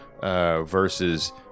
versus